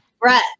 breath